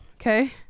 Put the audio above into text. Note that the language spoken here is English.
okay